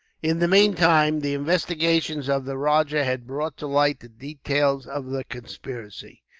in the meantime, the investigations of the rajah had brought to light the details of the conspiracy.